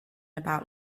about